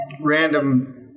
random